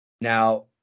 now